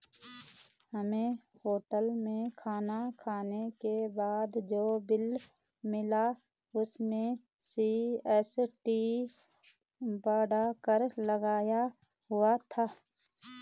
हमें होटल में खाना खाने के बाद जो बिल मिला उसमें जी.एस.टी बढ़ाकर लगाया हुआ था